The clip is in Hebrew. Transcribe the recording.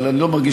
אני לא אתן לך